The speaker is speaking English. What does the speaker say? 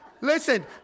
listen